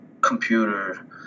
computer